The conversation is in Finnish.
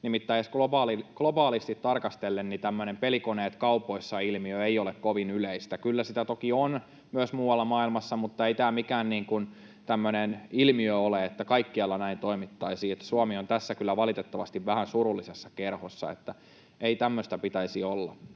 Nimittäin globaalisti tarkastellen tämmöinen pelikoneet kaupoissa -ilmiö ei ole kovin yleinen. Kyllä sitä toki on myös muualla maailmassa, mutta ei tämä mikään tämmöinen ilmiö ole, että kaikkialla näin toimittaisiin. Suomi on tässä kyllä valitettavasti vähän surullisessa kerhossa. Ei tämmöistä pitäisi olla.